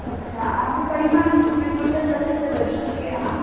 अच्छा अहाँकेँ परिवारमे टोटल कते सदस्य छियै अहाँ